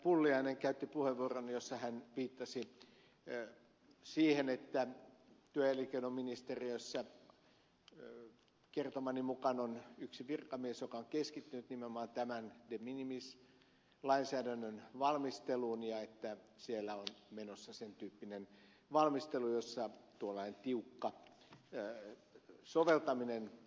pulliainen käytti puheenvuoron jossa hän viittasi siihen että työ ja elinkeinoministeriössä kertomani mukaan on yksi virkamies joka on keskittynyt nimenomaan tämän de minimis lainsäädännön valmisteluun ja että siellä on menossa sen tyyppinen valmistelu jossa tuollainen tiukka soveltaminen otetaan päämääräksi